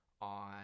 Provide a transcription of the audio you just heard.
on